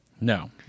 no